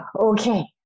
Okay